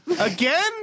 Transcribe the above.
Again